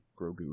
Grogu